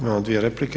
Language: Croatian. Imamo dvije replike.